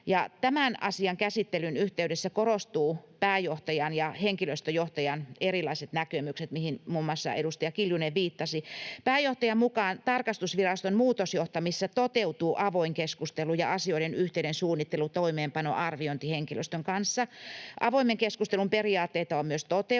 Tämän asian käsittelyn yhteydessä korostuvat pääjohtajan ja henkilöstöjohtajan erilaiset näkemykset, mihin muun muassa edustaja Kiljunen viittasi. Pääjohtajan mukaan tarkastusviraston muutosjohtamisessa toteutuu avoin keskustelu ja asioiden yhteinen suunnittelu, toimeenpano ja arviointi henkilöstön kanssa. Avoimen keskustelun periaatteita on hänen